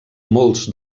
molts